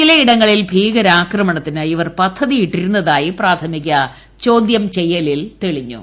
ചിലയിടങ്ങളിൽ ഭീകരാക്രമണത്തിന് ഇവർ പദ്ധതി ഇട്ടിരുന്നതായി പ്രാഥമിക ചോദ്യം ചെയ്യലിൽ വെളിപ്പെട്ടു